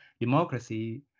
democracy